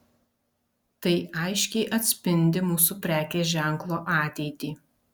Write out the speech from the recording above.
tai aiškiai atspindi mūsų prekės ženklo ateitį